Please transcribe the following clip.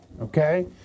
Okay